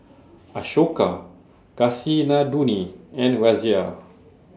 Ashoka Kasinadhuni and Razia